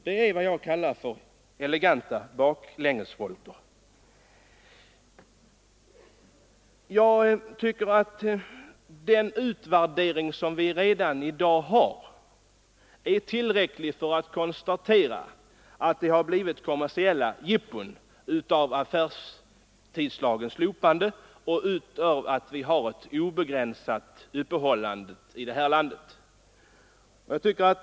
Det är vad jag kallar för eleganta baklängesvolter. Jag tycker att den utvärdering som vi redan i dag har är tillräcklig för att konstatera att det har blivit kommersiella jippon av affärstidslagens slopande och av att vi har ett obegränsat öppethållande i vårt land.